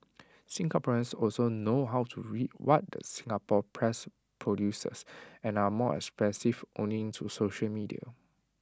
Singaporeans also know how to read what the Singapore press produces and are more expressive owing to social media